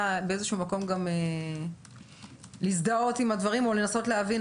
באיזה שהוא מקום גם להזדהות עם הדברים או לנסות להבין,